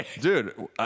Dude